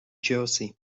jersey